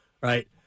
right